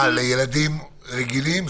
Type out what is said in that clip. לילדים רגילים?